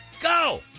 Go